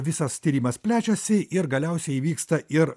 visas tyrimas plečiasi ir galiausiai įvyksta ir